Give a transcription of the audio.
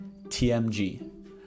tmg